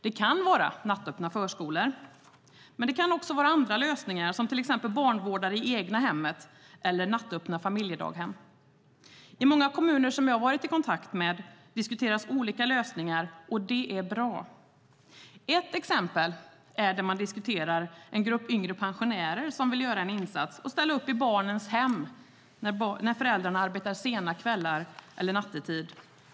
Det kan vara nattöppna förskolor. Men det kan också vara andra lösningar som till exempel barnvårdare i egna hemmet eller nattöppna familjedaghem. I många kommuner som jag varit i kontakt med diskuteras olika lösningar, och det är bra. Ett exempel är där man diskuterar en grupp yngre pensionärer som vill göra en insats och ställa upp i barnens hem när föräldrarna arbetar sena kvällar eller nattetid.